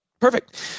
Perfect